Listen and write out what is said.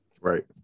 Right